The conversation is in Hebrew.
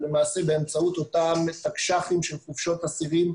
ולמעשה אותם תקש"חים של חופשות אסירים,